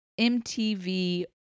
MTV